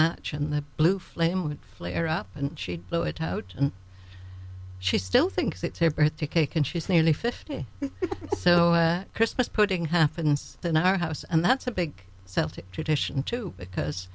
match and the blue flame would flare up and she'd blow it out and she still thinks it's a birthday cake and she's nearly fifty so christmas pudding happens in our house and that's a big celtic tradition too because